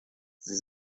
sie